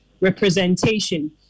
representation